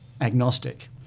agnostic